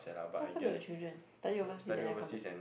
what happened to the children study overseas then never come back